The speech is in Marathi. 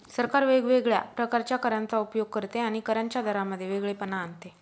सरकार वेगवेगळ्या प्रकारच्या करांचा उपयोग करते आणि करांच्या दरांमध्ये वेगळेपणा आणते